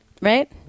right